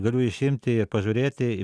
galiu išimti ir pažiūrėti